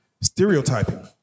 stereotyping